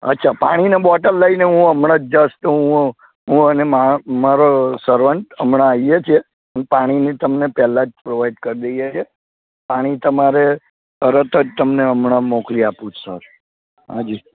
અચ્છા પાણીનાં બોટલ લઈને હું હમણાં જ જસ્ટ હું હું અ ને મા મારો સર્વન્ટ હમણાં આવીએ છીએ પાણીની તમને પહેલાં જ પ્રોવાઇડ કરી દઈએ છીએ પાણી તમારે તરત જ તમને હમણાં મોકલી આપું સર હા જી